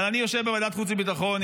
אבל אני יושב בוועדת החוץ והביטחון,